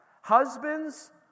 Husbands